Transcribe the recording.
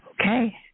Okay